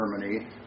Germany